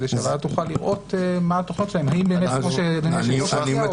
כדי שהוועדה תוכל לראות מה התוכניות שלהם --- או בצורה שונה.